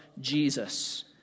Jesus